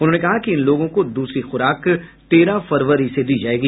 उन्होंने कहा कि इन लोगों को दूसरी खूराक तेरह फरवरी से दी जाएगी